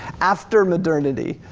after modernity.